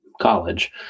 college